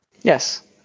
Yes